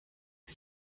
wir